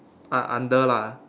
ah under lah